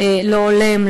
לא הולם,